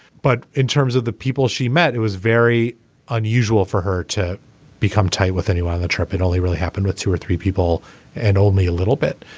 but in terms of the people she met it was very unusual for her to become tight with anyone on the trip it only really happened with two or three people and old me a little bit.